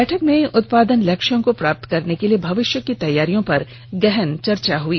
बैठक में उत्पादन लक्ष्यों को प्राप्त करने के लिए भविष्य की तैयारियों पर गहन चर्चा हुई